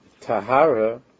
Tahara